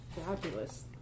Fabulous